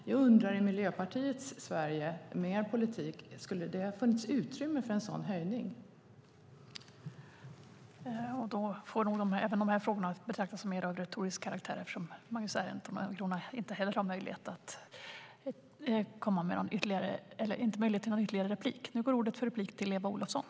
Jag undrar om det med Miljöpartiets politik skulle ha funnits utrymme för en sådan höjning.